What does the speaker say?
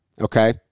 okay